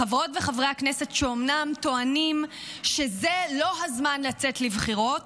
חברות וחברי כנסת שאומנם טוענים שזה לא הזמן לצאת לבחירות